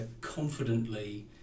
confidently